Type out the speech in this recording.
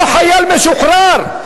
אותו חייל משוחרר,